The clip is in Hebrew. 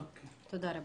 תודה רבה.